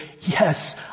yes